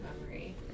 memory